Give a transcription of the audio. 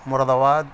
مراد آباد